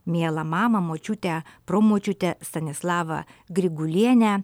mielą mamą močiutę promočiutę stanislavą grigulienę